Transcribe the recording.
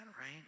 right